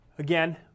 Again